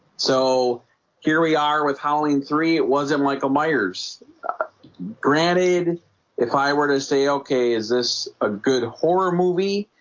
so here we are with halloween three. it wasn't michael myers granted if i were to say, okay, is this a good horror movie?